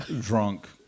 drunk